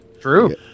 True